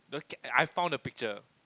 I found the picture